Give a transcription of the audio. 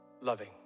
loving